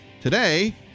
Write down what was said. Today